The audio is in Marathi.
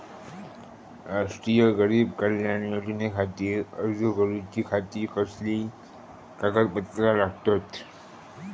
राष्ट्रीय गरीब कल्याण योजनेखातीर अर्ज करूच्या खाती कसली कागदपत्रा लागतत?